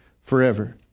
forever